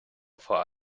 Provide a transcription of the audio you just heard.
for